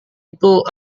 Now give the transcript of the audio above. itu